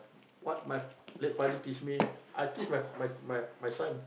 what my late father teach I teach my my my my son